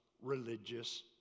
religious